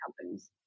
companies